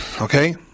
Okay